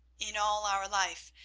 in all our life,